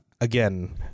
again